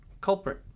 Culprit